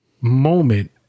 moment